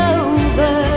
over